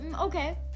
Okay